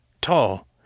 tall